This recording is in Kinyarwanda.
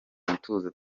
mutuzo